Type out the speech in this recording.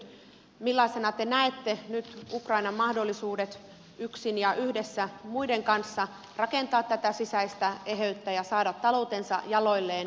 millaisina te näette nyt ukrainan mahdollisuudet yksin ja yhdessä muiden kanssa rakentaa tätä sisäistä eheyttä ja saada taloutensa jaloilleen